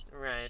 right